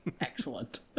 Excellent